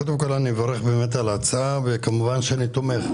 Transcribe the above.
קודם כל, אני מברך על ההצעה וכמובן שאני תומך,